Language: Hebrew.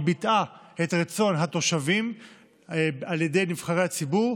היא ביטאה את רצון התושבים על ידי נבחרי הציבור,